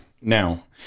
Now